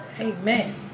Amen